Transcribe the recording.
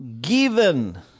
given